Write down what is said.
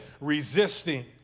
resisting